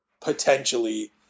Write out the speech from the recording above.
potentially